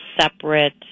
separate